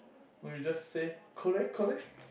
no you just say kore kore